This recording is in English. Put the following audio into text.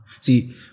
See